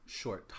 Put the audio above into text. short